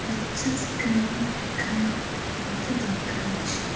ପଚାଶ ଗ୍ରାମ୍ ଲେଖାଏ ମୋତେ ଦରକାର ଅଛି